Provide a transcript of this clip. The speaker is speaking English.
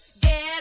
Get